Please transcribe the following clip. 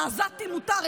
לעזתים אולי מותר.